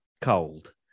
cold